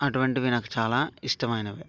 అటువంటివి నాకు చాలా ఇష్టమైనవి